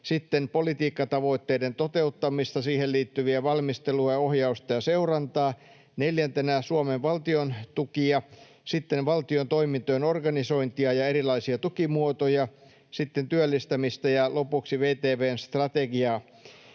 sitten politiikkatavoitteiden toteuttamista — siihen liittyvää valmistelua, ohjausta ja seurantaa — neljäntenä Suomen valtion tukia, sitten valtion toimintojen organisointia ja erilaisia tukimuotoja, sitten työllistämistä ja lopuksi VTV:n strategiaa.